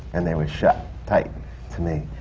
and they were shut tight to me.